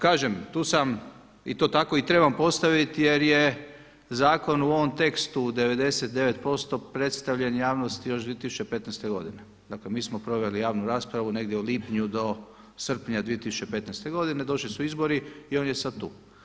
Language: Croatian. Kažem, tu sam i to tako i trebam postaviti jer je zakon u ovom tekstu 99% predstavljen javnosti još 2015. godine, dakle mi smo proveli javnu raspravu negdje u lipnju do srpnja 2015. godine, došli su izbori i on je sada tu.